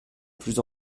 plus